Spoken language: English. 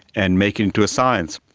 and make it into a science.